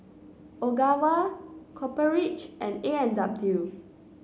Ogawa Copper Ridge and A and W